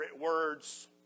words